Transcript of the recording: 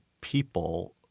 people